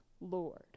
Lord